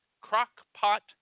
Crock-Pot